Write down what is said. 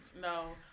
No